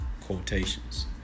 quotations